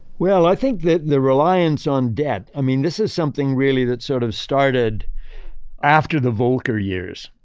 well, i think that the reliance on debt, i mean, this is something really that sort of started after the volcker years,